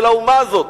של האומה הזאת,